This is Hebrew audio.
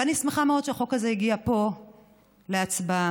ואני שמחה מאוד שהחוק הזה הגיע לפה להצבעה.